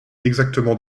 exactement